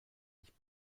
nicht